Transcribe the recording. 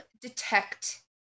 detect